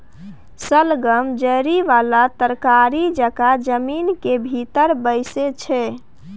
शलगम जरि बला तरकारी जकाँ जमीन केर भीतर बैसै छै